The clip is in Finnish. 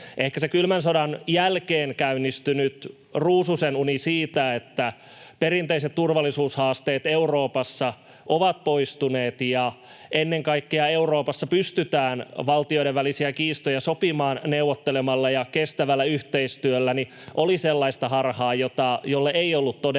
Ehkä se kylmän sodan jälkeen käynnistynyt ruususenuni siitä, että perinteiset turvallisuushaasteet Euroopassa ovat poistuneet ja ennen kaikkea Euroopassa pystytään valtioiden välisiä kiistoja sopimaan neuvottelemalla ja kestävällä yhteistyöllä, oli sellaista harhaa, jolle ei ollut todellista